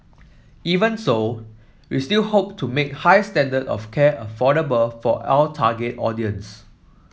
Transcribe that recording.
even so we still hope to make high standard of care affordable for our target audience